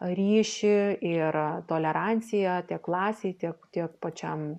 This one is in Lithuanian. ryšį ir toleranciją tiek klasėj tiek tiek pačiam